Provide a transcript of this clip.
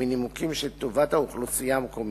מנימוקים של טובת האוכלוסייה המקומית.